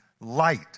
light